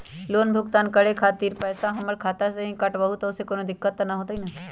Loan भुगतान करे के खातिर पैसा हमर खाता में से ही काटबहु त ओसे कौनो दिक्कत त न होई न?